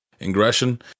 Ingression